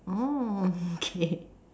oh okay